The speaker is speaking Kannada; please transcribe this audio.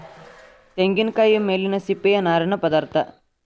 ತೆಂಗಿನಕಾಯಿಯ ಮೇಲಿನ ಸಿಪ್ಪೆಯ ನಾರಿನ ಪದಾರ್ಥ